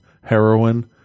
heroin